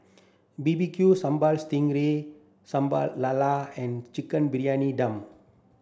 B B Q Sambal Sting Ray Sambal Lala and Chicken Briyani Dum